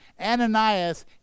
Ananias